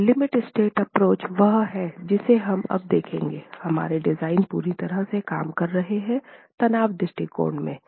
तो limit state approach वह है जिसे हम अब देखेंगे हमारे डिज़ाइन पूरी तरह से काम कर रहे तनाव दृष्टिकोण में है